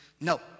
No